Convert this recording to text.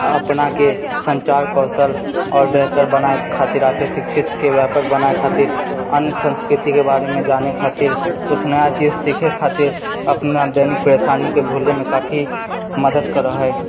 अपनाके सञ्चार कौशल आओर बेहतर बनाय खातिर आपके शिक्षितके व्यापक बनाय खातिर अन्य संस्कृतिके बारेमे जानै खातिर किछु नया चीज सीखै खातिर अपना दैनिक परेशानीके भुलैमे काफी मदद करऽ हय